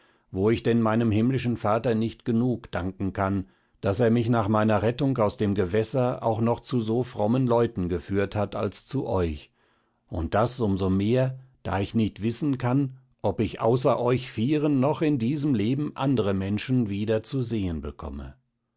wo ich denn meinem himmlischen vater nicht genug danken kann daß er mich nach meiner rettung aus dem gewässer auch noch zu so frommen leuten geführt hat als zu euch und das um so mehr da ich nicht wissen kann ob ich außer euch vieren noch in diesem leben andre menschen wieder zu sehen bekomme